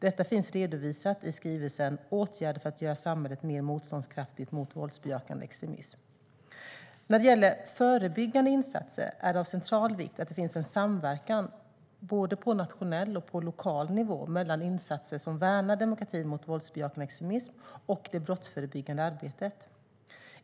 Detta finns redovisat i skrivelsen Åtgärder för att göra samhället mer motståndskraftigt mot våldsbejakande extremism . När det gäller förebyggande insatser är det av central vikt att det finns en samverkan både på nationell och på lokal nivå mellan insatser som värnar demokratin mot våldsbejakande extremism och det brottsförebyggande arbetet.